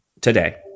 today